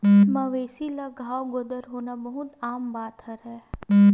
मवेशी ल घांव गोदर होना बहुते आम बात हरय